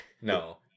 No